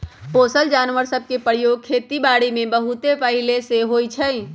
पोसल जानवर सभ के प्रयोग खेति बारीमें बहुते पहिले से होइ छइ